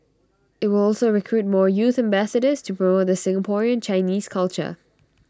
IT will also recruit more youth ambassadors to promote the Singaporean Chinese culture